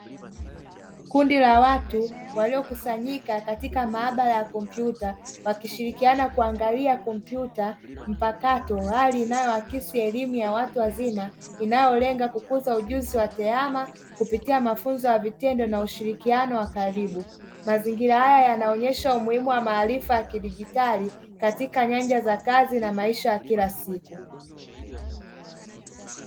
Kundi la watu waliokusanyika katika maabara ya kompyuta, wakishirikiana kuangalia kompyuta mpakato, bali inayowakilisha elimu ya watu wazima inayolenga kukuza ujuzi wa TEHAMA kupitia mafunzo ya vitendo na ushirikiano wa karibu; mazingira haya yanaonyesha umuhimu wa maarifa ya kidijitali katika nyanja za kazi na maisha ya kila siku.